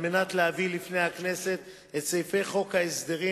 כדי להביא לפני הכנסת את סעיפי חוק ההסדרים